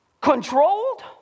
controlled